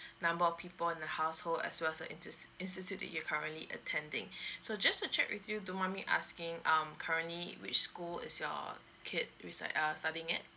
number or people in the household as well as uh insti~ institute that you're currently attending so just to check with you don't mind me asking um currently which school is your kid reside uh studying at